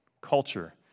culture